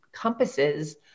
compasses